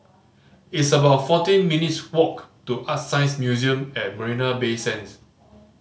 it's about fourteen minutes' walk to ArtScience Museum at Marina Bay Sands